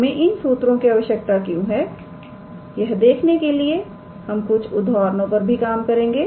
हमें इन सूत्रों की आवश्यकता क्यों है यह देखने के लिए हम कुछ उदाहरणों पर भी काम करेंगे